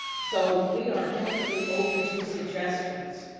so we are definitely open to suggestions.